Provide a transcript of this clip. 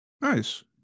Nice